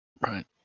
Right